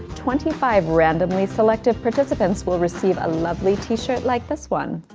twenty five randomly selected participants will receive a lovely t-shirt like this one.